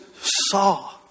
saw